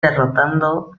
derrotando